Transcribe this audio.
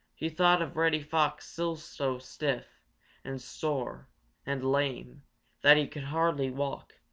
he thought of reddy fox still so stiff and sore and lame that he could hardly walk,